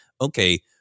okay